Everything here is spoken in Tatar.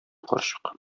карчык